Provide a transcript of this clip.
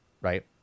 right